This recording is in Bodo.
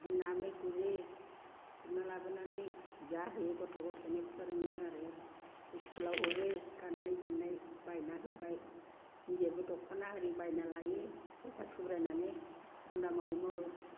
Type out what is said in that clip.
ओमफाय नाबो गुरो गुरना लाबोनानै जाहोयो गथ' गथायनो फोरोङो आरो इस्कुलाव हरो गाननाय जोमनाय बायना होबाय जेबो दख'ना इरि बायना लायो फैसा थुब्रायनानै खामला मावै मावै